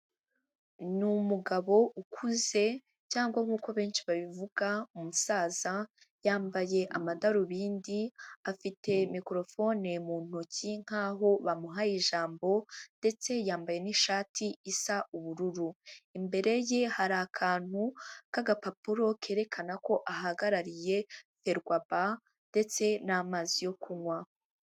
Ni umugabo ukuze cyangwa nk'uko benshi babivuga umusaza, yambaye amadarubindi, afite mikorofoni mu ntoki nk'aho bamuhaye ijambo, ndetse yambaye n'ishati isa ubururu, imbere ye hari akantu k'agapapuro kerekana ko ahagarariye Ferwafa ndetse n'amazi yo kunywa.